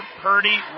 Purdy